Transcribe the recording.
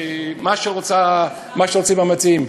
מה שרוצים המציעים.